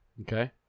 Okay